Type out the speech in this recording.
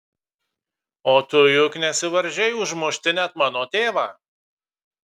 o tu juk nesivaržei užmušti net mano tėvą